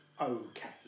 okay